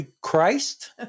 Christ